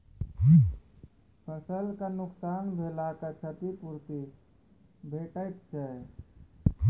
फसलक नुकसान भेलाक क्षतिपूर्ति भेटैत छै?